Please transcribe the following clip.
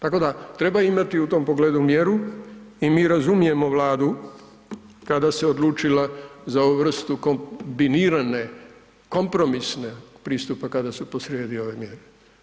Tako da treba imati u tom pogledu mjeru i mi razumijemo Vladu kada se odlučila za ovu vrstu kombinirane kompromisne pristupa kada su posrijedi ove mjere.